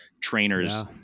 trainers